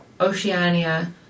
Oceania